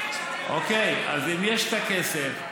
אז אם יש כסף,